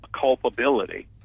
culpability